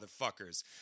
motherfuckers